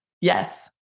Yes